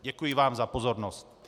Děkuji vám za pozornost.